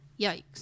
Yikes